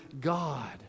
God